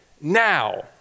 now